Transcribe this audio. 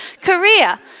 Korea